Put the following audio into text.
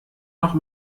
noch